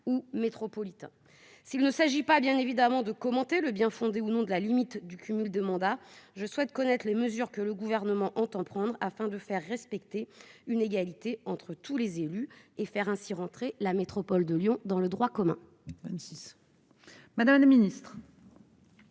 métropolitain. S'il ne s'agit pas de commenter le bien-fondé de la limitation du cumul des mandats, je souhaite connaître les mesures que le Gouvernement entend prendre afin de faire respecter une égalité entre tous les élus et faire ainsi entrer la métropole de Lyon dans le droit commun. La parole est